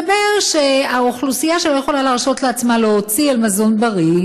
מסתבר שהאוכלוסייה שלא יכולה להרשות לעצמה להוציא על מזון בריא,